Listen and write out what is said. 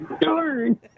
Darn